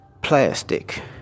plastic